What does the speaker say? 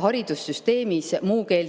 haridussüsteemis muukeelseid